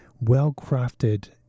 well-crafted